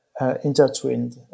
intertwined